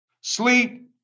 Sleep